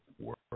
work